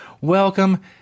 welcome